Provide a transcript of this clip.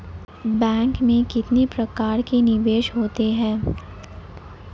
Bank में कितने प्रकार के निवेश होते हैं?